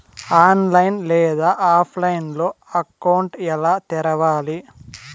online లేదా ఆఫ్లైన్లో account ఎలా తెరవాలి